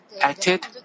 acted